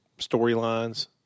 storylines